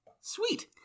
Sweet